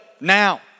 now